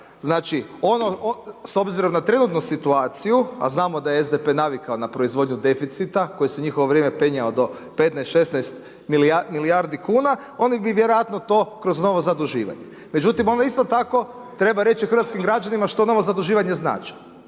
Znači s obzirom na trenutnu situaciju a znamo da je SDP navikao na proizvodnju deficita koji se u njihovo vrijeme penjao do 15, 16 milijardi kuna oni bi vjerojatno to kroz novo zaduživanje. Međutim, onda isto tako treba reći hrvatskim građanima što novo zaduživanje znači.